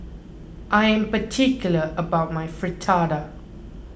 I am particular about my Fritada